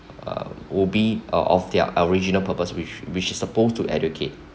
uh would be uh of their original purpose with which is supposed to educate